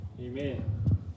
Amen